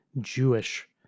Jewish